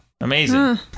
Amazing